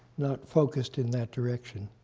not focused in that direction.